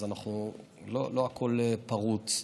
אז לא הכול פרוץ.